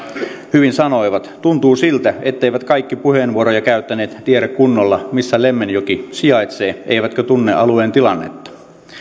hyvin sanoivat tuntuu siltä etteivät kaikki puheenvuoroja käyttäneet tiedä kunnolla missä lemmenjoki sijaitsee eivätkä tunne alueen tilannetta